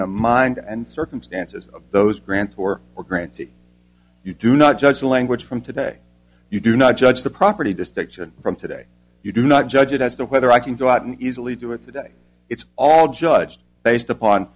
the mind and circumstances of those grants or were granted you do not judge the language from today you do not judge the property distinction from today you do not judge it as to whether i can go out and easily do it today it's all judged based upon